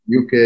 UK